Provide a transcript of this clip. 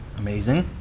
amazing.